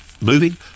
moving